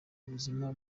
buzima